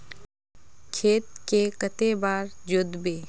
खेत के कते बार जोतबे?